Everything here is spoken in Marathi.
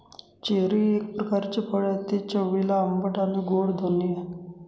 चेरी एक प्रकारचे फळ आहे, ते चवीला आंबट आणि गोड दोन्ही आहे